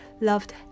loved